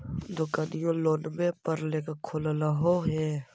दोकनिओ लोनवे पर लेकर खोललहो हे?